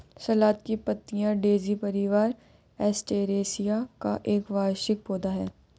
सलाद की पत्तियाँ डेज़ी परिवार, एस्टेरेसिया का एक वार्षिक पौधा है